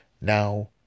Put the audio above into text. Now